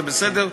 זה בסדר.